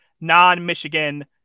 non-Michigan